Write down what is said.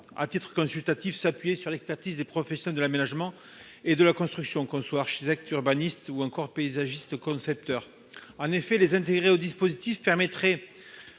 à titre consultatif, s'appuyer sur l'expertise des professionnels de l'aménagement et de la construction qu'on soit architecte urbaniste ou encore paysagiste, concepteur en effet les intégrer au dispositif permettrait